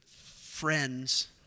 friends